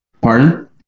Pardon